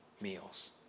meals